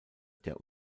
der